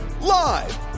Live